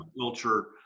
culture